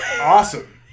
Awesome